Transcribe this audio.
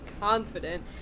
confident